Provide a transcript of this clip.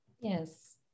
Yes